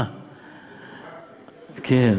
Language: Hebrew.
זאת תורת, כן.